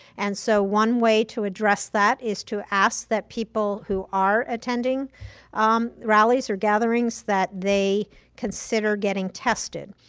and so one way to address that is to ask that people who are attending um rallies or gatherings, that they consider getting tested.